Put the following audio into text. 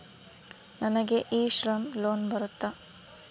ನನಗೆ e Shram loan ಬರುತ್ತಾ?